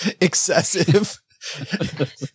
excessive